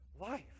life